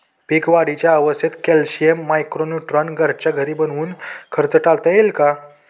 पीक वाढीच्या अवस्थेत calcium, micro neutron घरच्या घरी बनवून खर्च टाळता येईल का?